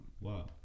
Wow